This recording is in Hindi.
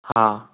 हाँ